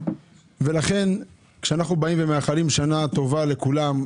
לכן כשאנחנו מאחלים שנה טובה לכולם,